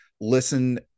listen